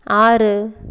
ஆறு